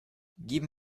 geben